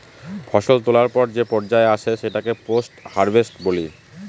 ফসল তোলার পর যে পর্যায় আসে সেটাকে পোস্ট হারভেস্ট বলি